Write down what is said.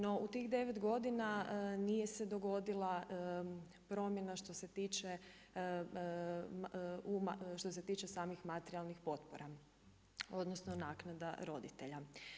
No u tih 9 godina nije se dogodila promjena što se tiče samih materijalnih potpora odnosno naknada roditelja.